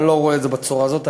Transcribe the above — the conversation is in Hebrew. אני לא רואה את זה בצורה הזאת.